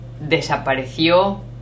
desapareció